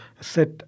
set